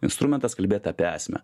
instrumentas kalbėti apie esmę